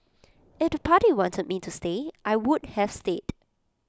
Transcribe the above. if to party wanted me to stay I would have stayed